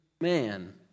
man